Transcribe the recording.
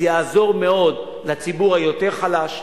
זה יעזור מאוד לציבור היותר חלש,